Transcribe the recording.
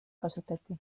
kasutati